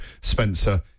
Spencer